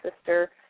sister